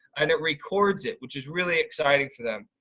and it records it which is really exciting for them.